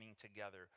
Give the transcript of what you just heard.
together